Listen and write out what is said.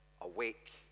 awake